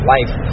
Life